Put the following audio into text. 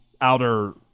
outer